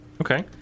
Okay